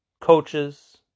coaches